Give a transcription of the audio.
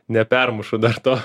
nepermušu dar to